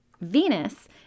Venus